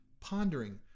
pondering